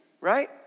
right